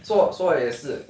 做错也是